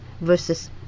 Versus